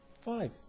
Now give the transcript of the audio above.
five